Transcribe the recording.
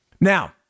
Now